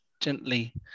gently